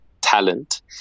talent